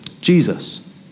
Jesus